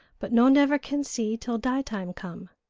but no never can see till die-time come.